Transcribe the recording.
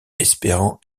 espérant